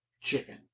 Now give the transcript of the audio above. Chicken